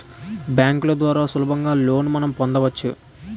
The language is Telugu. బ్యాంకుల ద్వారా సులభంగా లోన్స్ మనం పొందవచ్చు